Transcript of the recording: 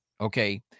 okay